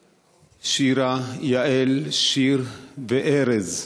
שירה, יעל, שיר וארז,